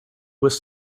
was